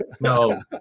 No